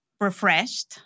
refreshed